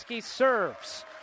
serves